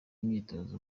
imyitozo